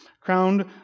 crowned